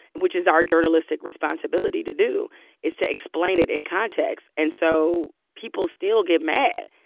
which is our journalistic responsibility to do is to explain it in context. and so people still get mad.